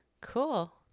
cool